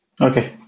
Okay